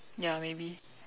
ya maybe